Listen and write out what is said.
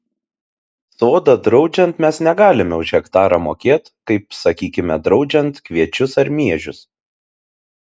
sodą draudžiant mes negalime už hektarą mokėt kaip sakykime draudžiant kviečius ar miežius